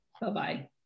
Bye-bye